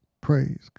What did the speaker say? Praise